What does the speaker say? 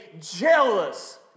jealous